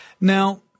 Now